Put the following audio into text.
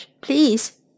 please